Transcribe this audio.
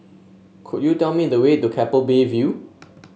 could you tell me the way to Keppel Bay View